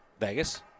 Vegas